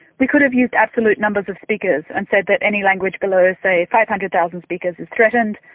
we could have used absolute numbers of speakers and said that any language below say five hundred thousand speakers is threatened,